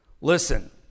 Listen